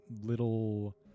little